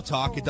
Talk